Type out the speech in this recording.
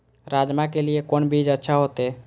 राजमा के लिए कोन बीज अच्छा होते?